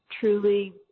truly